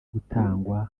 gutangwa